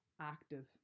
active